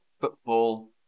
football